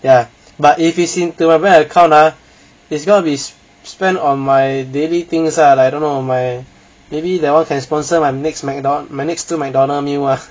ya but if it is into the bank account ah is going to be spent on my daily things ah like I dunno my maybe they're all can sponsor my next Mcdon~ my next two Mcdonald meal ah